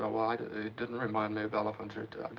ah well, i. it didn't remind me of elephants or ti.